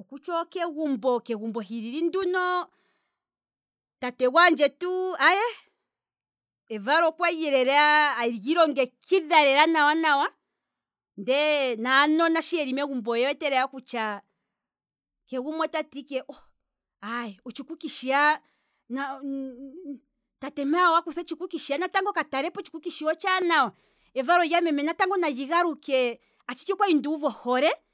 okutya okegumbo, kegumbo hilili nduno, tate gwandjetu aye, evalo okwali lela eli longekidha lela nawa nawa, ndee naanona shi yeli megumbooye wete lela kutya, keshe gumwe otati ike otshikuki shiya tate mpa wakutha otshikuki shiya ka talepo natango, otshikuki otshaanawa, atshiti okwali nduuva ohole